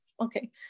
Okay